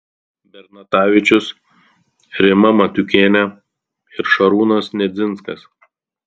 bernatavičius rima matiukienė ir šarūnas nedzinskas